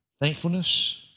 thankfulness